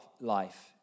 life